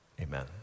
Amen